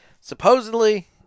supposedly